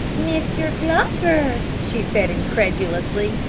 mr. glover, she said incredulously.